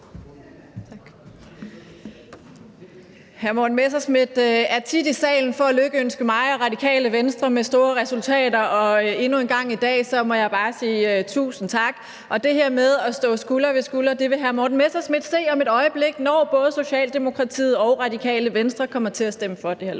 Hr. Morten Messerschmidt er tit i salen for at lykønske mig og Det Radikale Venstre med store resultater, og igen i dag må jeg bare sige tusind tak. Det her med at stå skulder ved skulder vil hr. Morten Messerschmidt se om et øjeblik, når både Socialdemokratiet og Det Radikale Venstre kommer til at stemme for det her